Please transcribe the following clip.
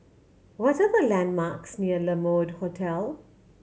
what the landmarks near La Mode Hotel